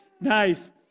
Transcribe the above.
Nice